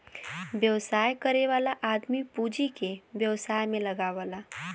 व्यवसाय करे वाला आदमी पूँजी के व्यवसाय में लगावला